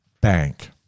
Bank